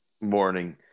morning